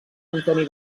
antoni